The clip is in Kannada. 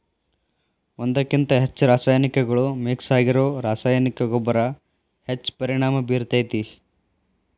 ಒಂದ್ಕಕಿಂತ ಹೆಚ್ಚು ರಾಸಾಯನಿಕಗಳು ಮಿಕ್ಸ್ ಆಗಿರೋ ರಾಸಾಯನಿಕ ಗೊಬ್ಬರ ಹೆಚ್ಚ್ ಪರಿಣಾಮ ಬೇರ್ತೇತಿ